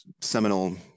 seminal